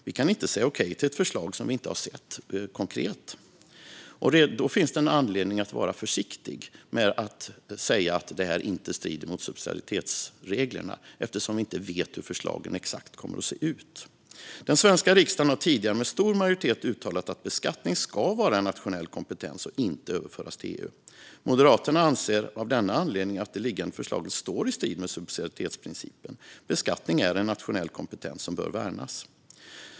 Vi kan inte säga okej till ett förslag som vi inte har sett konkret. Det finns anledning att vara försiktig med att säga att det här inte strider mot subsidiaritetsreglerna eftersom vi inte vet exakt hur förslagen kommer att se ut. Den svenska riksdagen har tidigare med stor majoritet uttalat att beskattning ska vara en nationell kompetens och inte överföras till EU. Moderaterna anser av denna anledning att det liggande förslaget står i strid med subsidiaritetsprincipen. Beskattning är en nationell kompetens som bör värnas.